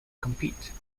compete